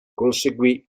conseguì